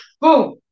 Boom